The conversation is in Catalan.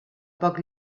poc